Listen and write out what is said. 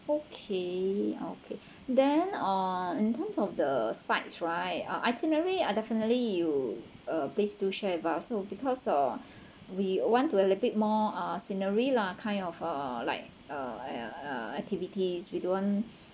okay okay then uh in terms of the sites right uh itinerary are definitely you uh please do share with us so because uh we want to a little bit more uh scenery lah kind of uh like uh uh uh activities we don't want